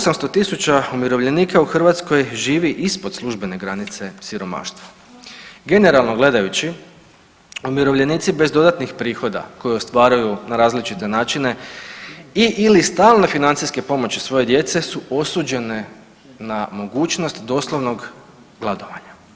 800.000 umirovljenika u Hrvatskoj živi ispod službene granice siromaštva, generalno gledajući umirovljenici bez dodatnih prihoda koji ostvaruju na različite načine i/ili stalne financijske pomoći svoje djece su osuđeni na mogućnost doslovnog gladovanja.